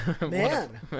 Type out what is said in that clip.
Man